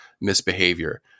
misbehavior